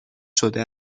شده